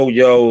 yo